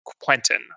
Quentin